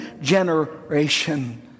generation